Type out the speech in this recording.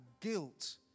guilt